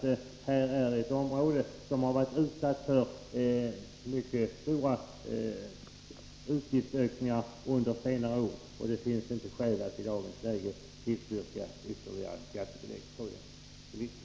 Det här är ett område som varit utsatt för mycket stora utgiftsökningar under senare år, och det finns inte skäl att i dagens läge tillstyrka ytterligare skatter på bilismen.